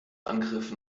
angriffen